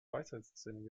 weisheitszähne